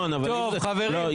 טוב, חברים, תודה.